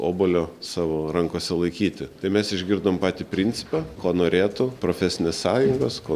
obuolio savo rankose laikyti tai mes išgirdom patį principą ko norėtų profesinės sąjungos ko